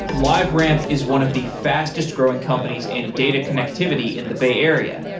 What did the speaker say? liveramp is one of the fastest-growing companies in data connectivity in the bay area.